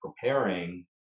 preparing